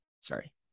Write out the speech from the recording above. Sorry